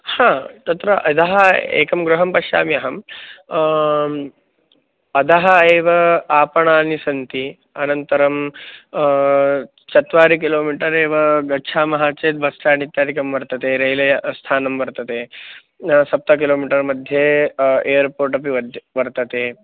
हा तत्र यदः एकं गृहं पश्यामि अहं अधः एव आपणानि सन्ति अनन्तरं चत्वारि किलोमीटर् एव गच्छामः चेत् बस् स्ट्याण्ड् इत्यादिकं वर्तते रेलयानस्थानं वर्तते सप्त किलोमीटर्मध्ये एर्पोर्ट् अपि वद् वर्तते